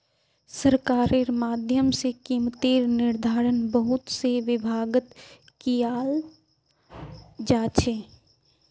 सरकारेर माध्यम से कीमतेर निर्धारण बहुत से विभागत कियाल जा छे